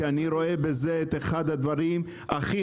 כי אני רואה בזה את אחד הדברים הכי